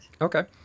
Okay